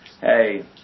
hey